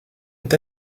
est